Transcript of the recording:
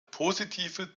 positive